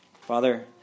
Father